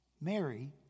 Mary